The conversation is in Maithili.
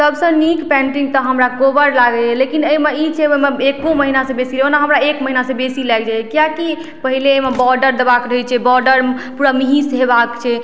सबसँ नीक पेन्टिंग तऽ हमरा कोहबर लागइए लेकिन अइमे ई छै अइमे एक्को महीनासँ बेसी ओना हमरा एक महीनासँ बेसी लागि जाइए किएक कि पहिले अइमे बॉर्डर देबाके रहय छै बॉर्डर पूरा महींसे हेबाके छै